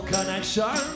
Connection